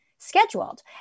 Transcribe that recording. scheduled